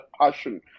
passion